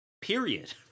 Period